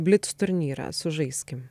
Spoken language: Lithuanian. blic turnyrą sužaiskim